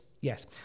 Yes